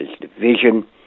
division